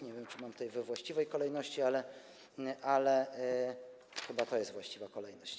Nie wiem, czy mam to we właściwej kolejności, ale chyba to jest właściwa kolejność.